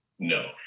No